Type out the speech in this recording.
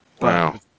Wow